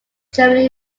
germany